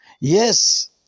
Yes